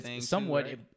somewhat